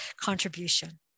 contribution